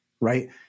right